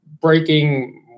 breaking